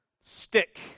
stick